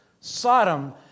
Sodom